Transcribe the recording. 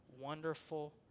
wonderful